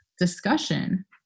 discussion